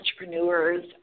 entrepreneurs